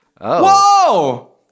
Whoa